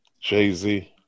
Jay-Z